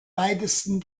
weitesten